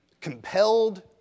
compelled